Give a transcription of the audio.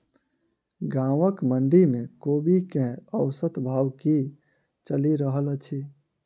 गाँवक मंडी मे कोबी केँ औसत भाव की चलि रहल अछि?